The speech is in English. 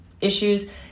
issues